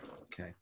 okay